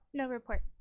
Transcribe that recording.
no report.